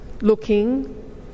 looking